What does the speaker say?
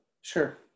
Sure